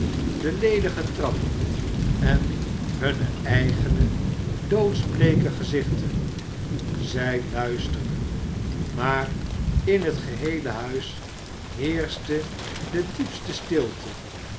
de ledige trap en hunne eigene doodsbleeke gezichten zij luisterden maar in het geheele huis heerschte de diepste stilte